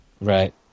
Right